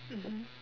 mmhmm